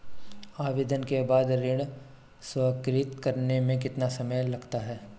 आवेदन के बाद ऋण स्वीकृत करने में कितना समय लगता है?